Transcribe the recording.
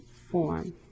form